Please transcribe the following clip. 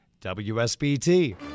WSBT